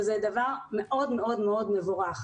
שזה דבר מאוד מאוד מבורך,